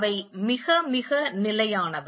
அவை மிக மிக நிலையானவை